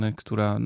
która